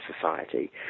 society